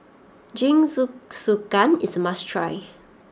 Jingisukan is a must try